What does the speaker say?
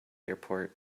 airport